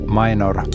minor